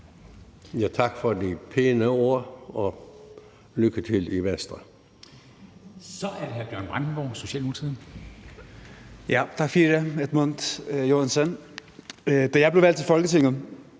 Tak for de pæne ord og lykke til i Venstre.